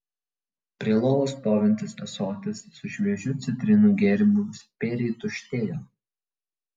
prie lovos stovintis ąsotis su šviežiu citrinų gėrimu spėriai tuštėjo